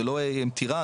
זה לא עם טיראן,